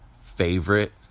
favorite